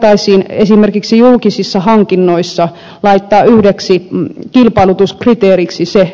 voitaisiin esimerkiksi julkisissa hankinnoissa laittaa yhdeksi kilpailutuskriteeriksi se